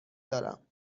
دارم